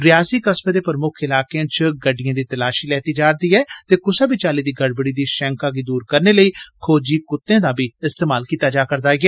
रयासी कस्बे दे प्रमुक्ख इलाकें च गड्धियें दी तलाशी लैती जा रदी ऐ ते कुसै चाली दी गड़बड़ी गी शैंका गी दूर करने लेई खोजी कुत्ते दा बी इस्तमाल कीता जा रदा ऐ